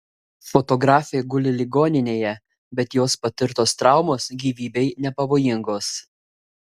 fotografė guli ligoninėje bet jos patirtos traumos gyvybei nepavojingos